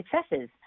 successes